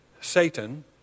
Satan